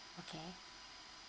okay